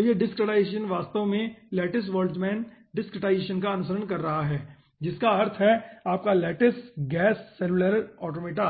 तो यह डिसक्रीटाईजेसन वास्तव में लैटिस बोल्टजमैन डिसक्रीटाईजेसन का अनुसरण कर रहा हैं जिसका अर्थ है आपका लैटिस गैस सेलुलर ऑटोमेटा